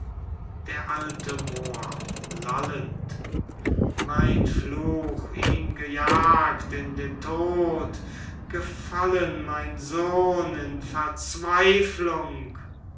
d a moor lallend mein fluch ihn gejagt in den tod gefallen mein sohn in verzweiflung